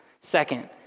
Second